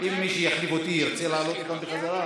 אם מי שיחליף אותי ירצה להעלות אותם בחזרה,